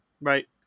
Right